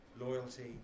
Loyalty